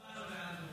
הצבענו בעדו, כן.